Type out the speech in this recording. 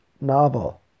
novel